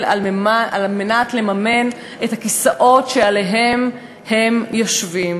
על מנת לממן את הכיסאות שעליהם הם יושבים.